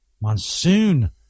Monsoon